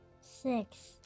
Six